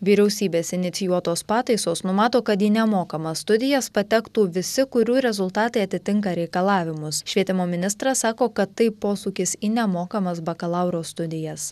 vyriausybės inicijuotos pataisos numato kad į nemokamas studijas patektų visi kurių rezultatai atitinka reikalavimus švietimo ministras sako kad tai posūkis į nemokamas bakalauro studijas